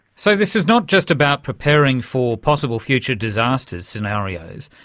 so this is not just about preparing for possible future disaster scenarios,